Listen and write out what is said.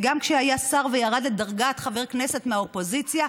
וגם כשהיה שר וירד לדרגת חבר כנסת מהאופוזיציה,